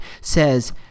says